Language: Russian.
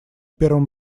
первом